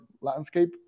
landscape